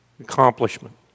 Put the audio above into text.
Accomplishment